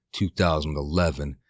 2011